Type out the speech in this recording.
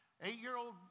Eight-year-old